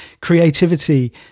Creativity